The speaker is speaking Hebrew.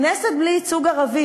כנסת בלי ייצוג ערבי,